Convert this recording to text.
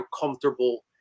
comfortable –